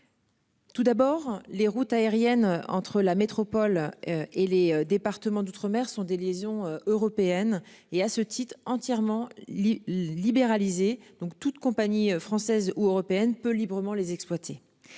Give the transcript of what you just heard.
Tout d'abord les routes aériennes entre la métropole et les départements d'outre-mer sont des liaisons européennes et à ce titre, entièrement libéralisés donc toute compagnie française ou européenne peut librement les exploiter.